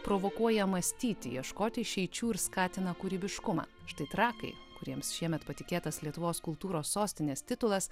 provokuoja mąstyti ieškoti išeičių ir skatina kūrybiškumą štai trakai kuriems šiemet patikėtas lietuvos kultūros sostinės titulas